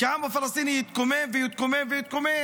כי העם הפלסטיני יתקומם ויתקומם.